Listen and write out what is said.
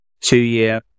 two-year